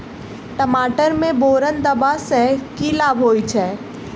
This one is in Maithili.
टमाटर मे बोरन देबा सँ की लाभ होइ छैय?